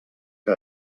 que